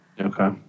Okay